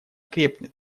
крепнет